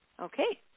Okay